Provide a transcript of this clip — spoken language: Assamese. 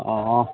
অঁ